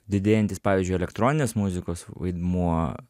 didėjantis pavyzdžiui elektroninės muzikos vaidmuo